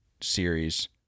series